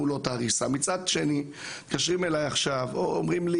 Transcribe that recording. מצד שני מתקשרים אליי עכשיו ואומרים לי